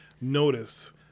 notice